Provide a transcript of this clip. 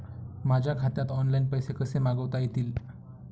माझ्या खात्यात ऑनलाइन पैसे कसे मागवता येतील?